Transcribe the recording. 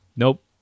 Nope